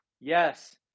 Yes